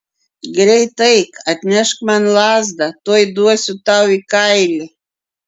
greit eik atnešk man lazdą tuoj duosiu tau į kailį